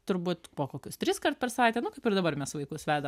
turbūt po kokius triskart per savaitę nu kaip ir dabar mes vaikus veda